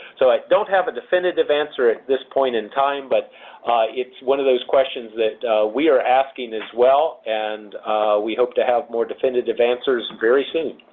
so, i don't have a definitive answer at this point in time, but it's one of those questions that we are asking as well and we hope to have more definitive answers very soon.